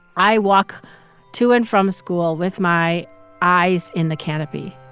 i walk to and from school with my eyes in the canopy.